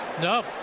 No